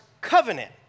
covenant